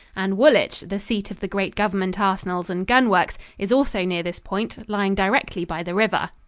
and woolwich, the seat of the great government arsenals and gun works, is also near this point, lying directly by the river.